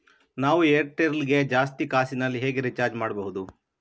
ನಾವು ಏರ್ಟೆಲ್ ಗೆ ಜಾಸ್ತಿ ಕಾಸಿನಲಿ ಹೇಗೆ ರಿಚಾರ್ಜ್ ಮಾಡ್ಬಾಹುದು?